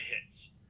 hits